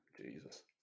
Jesus